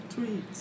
Tweets